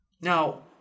Now